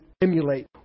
emulate